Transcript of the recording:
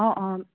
অ অ